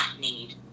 need